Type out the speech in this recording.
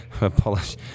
apologize